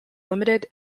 limited